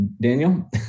Daniel